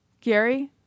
Gary